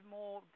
more